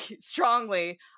strongly